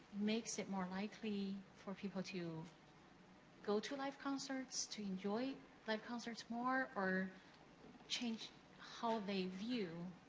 makes it more likely for people to go to live concerts? to enjoy live concerts more? or change how the view